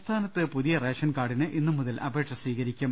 സംസ്ഥാനത്ത് പുതിയ റേഷൻ കാർഡിന് ഇന്നു മുതൽ അപേക്ഷ സ്വീകരിക്കും